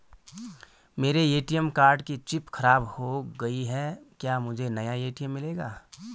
मेरे ATM card की chip खराब हो गयी है क्या मुझे नया ए.टी.एम मिलेगा?